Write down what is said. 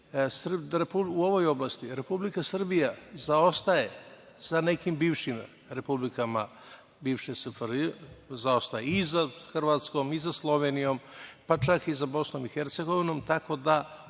u ovoj oblasti Republika Srbija zaostaje sa nekim bivšim republikama bivše SFRJ. Zaostaje i za Hrvatskom, i za Slovenijom, pa čak i za Bosnom i Hercegovinom, tako da